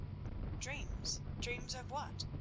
dreams? dreams of what?